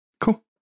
Cool